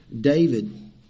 David